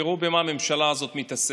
תראו במה הממשלה הזאת מתעסקת: